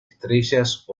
estrellas